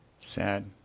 sad